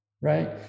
right